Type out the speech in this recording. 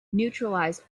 neutralize